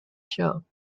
show